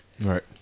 Right